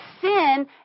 sin